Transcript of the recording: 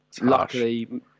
Luckily